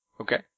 Okay